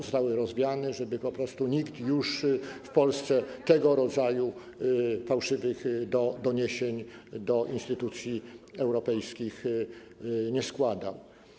Zostały rozwiane, żeby po prostu nikt już w Polsce tego rodzaju fałszywych doniesień do instytucji europejskich nie składał.